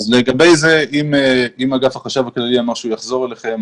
אם אגף החשב הכללי אמר שהוא יחזור אליכם,